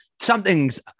something's